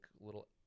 little